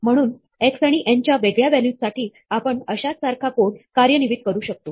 म्हणून x आणि n च्या वेगळ्या व्हॅल्यूज साठी आपण अशाच सारखा कोड कार्यन्वित करू शकतो